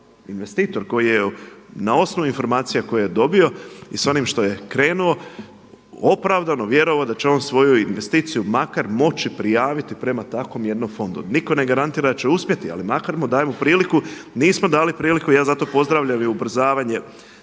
investitor koji je na osnovi informacija koje je dobio i s onim što je krenuo opravdano vjerovao da će on svoju investiciju makar moći prijaviti prema takvom jednom fondu. Nitko ne garantira da će uspjeti ali makar mu dajemo priliku nismo dali priliku. Ja zato pozdravljam i ubrzavanje